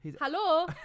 Hello